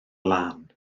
lan